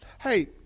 Hey